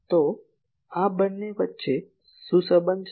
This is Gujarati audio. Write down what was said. તો આ બંને વચ્ચે શું સંબંધ છે